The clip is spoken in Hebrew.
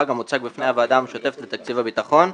המוצג בפני הוועדה המשותפת לתקציב הביטחון.